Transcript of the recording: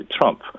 Trump